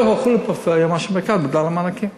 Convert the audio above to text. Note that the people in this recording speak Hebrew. יותר הולכים לפריפריה מאשר למרכז בגלל המענקים.